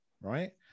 right